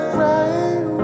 right